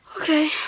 Okay